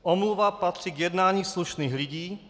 Omluva patří k jednání slušných lidí.